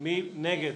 מי נגד?